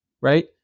right